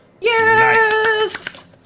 Yes